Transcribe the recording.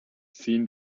seen